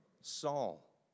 Saul